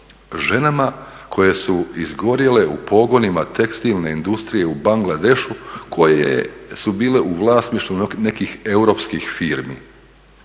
ženama koje su izgorjele u pogonima tekstilne industrije u Bangladešu koje su bile u vlasništvu nekih europskih firmi.